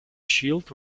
shield